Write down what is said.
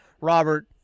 Robert